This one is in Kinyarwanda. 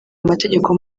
amategeko